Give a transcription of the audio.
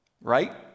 Right